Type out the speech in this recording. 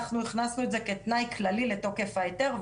אנחנו הכנסנו את זה כתנאי כללי לתוקף ההיתר,